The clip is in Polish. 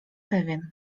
pewien